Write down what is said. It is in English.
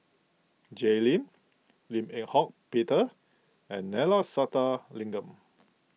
Jay Lim Lim Eng Hock Peter and Neila Sathyalingam